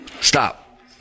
Stop